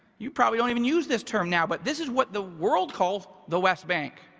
you probably don't even use this term now, but this is what the world calls the west bank,